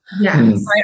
Yes